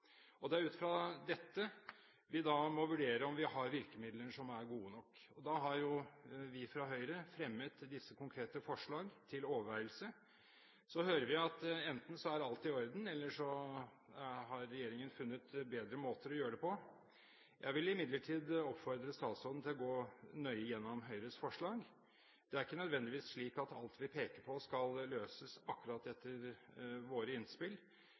Det er ut fra dette vi da må vurdere om vi har virkemidler som er gode nok, og da har vi fra Høyre fremmet disse konkrete forslag til overveielse. Så hører vi at enten så er alt i orden, eller så har regjeringen funnet bedre måter å gjøre det på. Jeg vil imidlertid oppfordre statsråden til å gå nøye gjennom Høyres forslag. Det er ikke nødvendigvis slik at alt vi peker på, skal løses akkurat etter våre innspill,